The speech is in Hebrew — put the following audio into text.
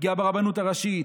פגיעה ברבנות הראשית,